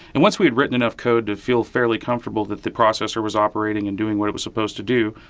and once we had written enough code to feel fairly comfortable that the processor was operating and doing what it was supposed to do,